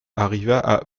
arriva